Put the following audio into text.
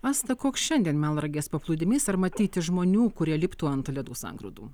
asta koks šiandien melnragės paplūdimys ar matyti žmonių kurie liptų ant ledų sangrūdų